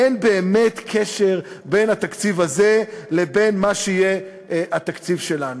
אין באמת קשר בין התקציב הזה לבין מה שיהיה התקציב שלנו.